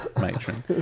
Matron